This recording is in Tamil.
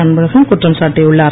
அன்பழகன் குற்றம் சாட்டியுள்ளார்